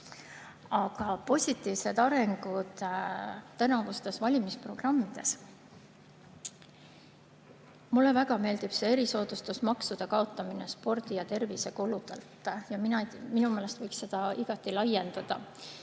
"Positiivsed arengud tänavustes valimisprogrammides". Mulle väga meeldib erisoodustusmaksude kaotamine spordi- ja tervisekuludelt ja minu meelest võiks seda igati laiendada.